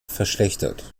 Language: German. verschlechtert